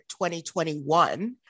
2021